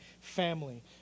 family